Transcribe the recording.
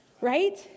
right